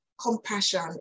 compassion